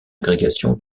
agrégation